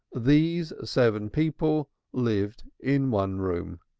these seven people lived in one room.